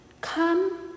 come